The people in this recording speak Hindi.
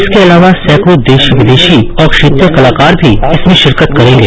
इसके अलावा सैकड़ों देशी विदेशी और क्षेत्रीय कलाकार भी इसमें शिरकत करेंगे